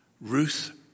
ruth